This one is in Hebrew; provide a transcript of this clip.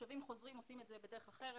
תושבים חוזרים עושים את זה בדרך אחרת,